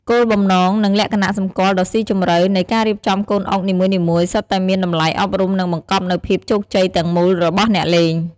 គោលបំណង និងលក្ខណៈសម្គាល់ដ៏ស៊ីជម្រៅ នៃការរៀបចំកូនអុកនីមួយៗសុទ្ធតែមានតម្លៃអប់រំនិងបង្កប់នូវភាពជោគជ័យទាំងមូលរបស់អ្នកលេង។